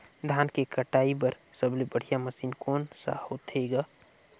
धान के कटाई बर सबले बढ़िया मशीन कोन सा होथे ग?